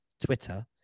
Twitter